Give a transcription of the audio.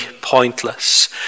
pointless